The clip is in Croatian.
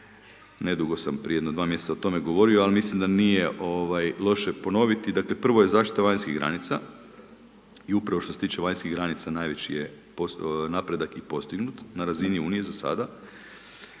Nedugo sam, prije jedno dva mjeseca o tome govorio, ali mislim da nije, ovaj, loše ponoviti. Dakle, prvo je zaštita vanjskih granica, i upravo što se tiče vanjskih granica najveći je napredak i postignut na razini Unije za sada,